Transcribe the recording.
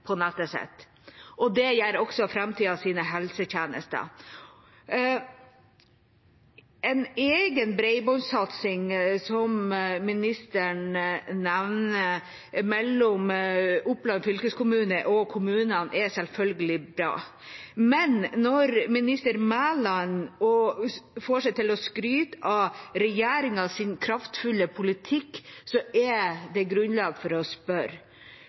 på nettet sitt. Det gjør også framtidas helsetjenester. En egen bredbåndsatsing mellom Oppland fylkeskommune og kommunene, som ministeren nevner, er selvfølgelig bra, men når statsråd Mæland får seg til å skryte av regjeringas kraftfulle politikk, er det grunnlag for å spørre: